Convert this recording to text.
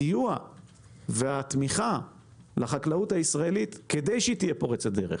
סיוע ותמיכה בחקלאים הישראלים כדי שהם יהיו פורצי דרך,